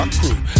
crew